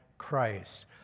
Christ